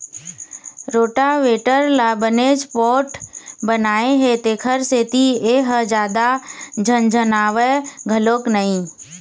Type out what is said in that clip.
rotavator ल बनेच पोठ बनाए हे तेखर सेती ए ह जादा झनझनावय घलोक नई